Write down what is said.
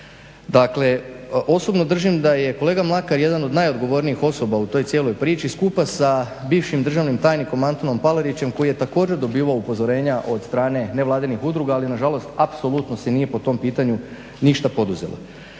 Dakle, osobno držim da je kolega Mlakar jedan od najodgovornijih osoba u toj cijeloj priči skupa sa bivšim državnim tajnikom Antunom Palerićem koji je također dobivao upozorenja od strane nevladinih udruga, ali nažalost apsolutno se nije po tom pitanju ništa poduzelo.